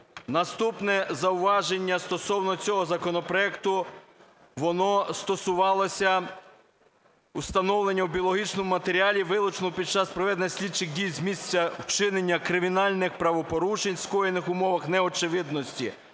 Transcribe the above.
Наступне зауваження стовно цього законопроекту, воно стосувалося встановлення "в біологічному матеріалі, вилученого під час проведення слідчих дій з місця вчинення кримінальних правопорушень, скоєних в умовах неочевидності,